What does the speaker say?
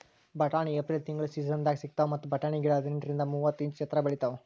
ಬಟಾಣಿ ಏಪ್ರಿಲ್ ತಿಂಗಳ್ ಸೀಸನ್ದಾಗ್ ಸಿಗ್ತಾವ್ ಮತ್ತ್ ಬಟಾಣಿ ಗಿಡ ಹದಿನೆಂಟರಿಂದ್ ಮೂವತ್ತ್ ಇಂಚ್ ಎತ್ತರ್ ಬೆಳಿತಾವ್